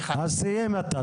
אז סיימת.